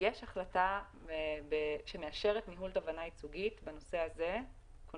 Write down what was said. יש החלטה שמאשרת ניהול תובענה ייצוגית בנושא הזה קונקרטית.